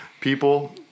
people